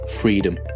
freedom